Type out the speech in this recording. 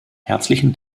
herzlichen